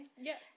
Yes